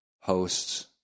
hosts